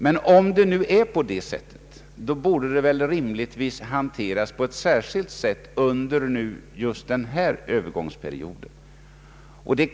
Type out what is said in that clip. Men borde inte detta system rimligtvis hanteras på ett särskilt sätt under den här övergångsperioden?